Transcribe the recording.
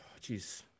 jeez